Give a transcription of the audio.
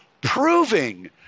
Proving